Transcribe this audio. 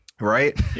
right